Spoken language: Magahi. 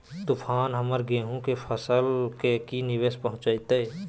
तूफान हमर गेंहू के फसल के की निवेस पहुचैताय?